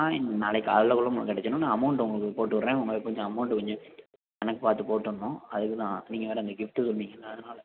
ஆ நாளைக்கு காலையில் கூட உங்களுக்கு கிடச்சிடும் நான் அமௌண்டு உங்களுக்கு போட்டு விட்றேன் உங்களுக்கு கொஞ்சம் அமௌண்டு கொஞ்சம் கணக்கு பார்த்து போட்டுருணும் அதுக்கு தான் நீங்கள் வேறு அந்த கிஃப்ட்டு சொன்னீங்கள்லை அதனால்